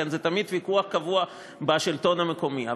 זה תמיד ויכוח קבוע בשלטון המקומי.